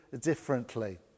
differently